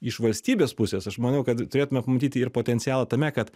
iš valstybės pusės aš manau kad turėtume pamatyti ir potencialą tame kad